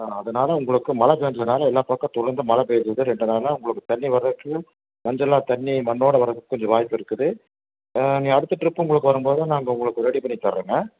ஆ அதனால உங்களுக்கு மழை பேஞ்சதுனால் எல்லா பக்கத்தில் இருந்தும் மழை பெய்றது வந்து ரெண்டுநாளாக உங்களுக்கு தண்ணி வர்றக்கு மஞ்சளாக தண்ணி மண்ணோட வர்றக்கு கொஞ்சம் வாய்ப்பு இருக்குது இனி அடுத்த டிரிப்பு உங்களுக்கு வரும்போது நாங்கள் உங்களுக்கு ரெடி பண்ணி தர்றங்க